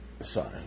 sorry